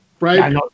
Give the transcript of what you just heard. right